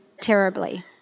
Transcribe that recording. terribly